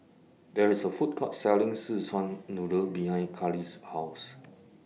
There IS A Food Court Selling Szechuan Noodle behind Karlie's House